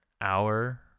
hour